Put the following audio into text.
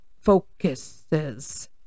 focuses